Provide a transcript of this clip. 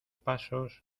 pasos